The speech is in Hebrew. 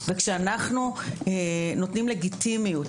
כשאנחנו נותנים לגיטימיות,